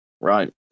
right